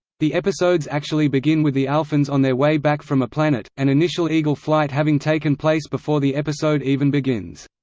the episodes actually begin with the alphans on their way back from a planet, an initial eagle flight having taken place before the episode even begins.